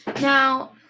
now